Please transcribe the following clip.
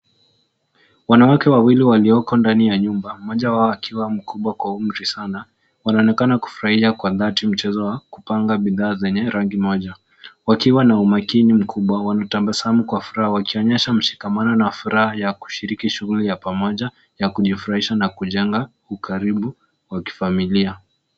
Wanawake wawili walioko ndani ya nyumba. Mmoja wao akiwa mkubwa kwa umri sana, wanaonekana kufurahia kwa dhati mchezo wa kupanga bidhaa zenye rangi moja. Wakiwa na umakini mkubwa, wanatabasamu kwa furaha wakionyesha mshikamano na furaha ya kushiriki shughuli ya pamoja, ya kujifurahisha na kujenga ukaribu, wa kifamilia.